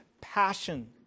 passion